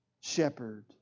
shepherd